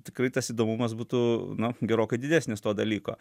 tikrai tas įdomumas būtų na gerokai didesnis to dalyko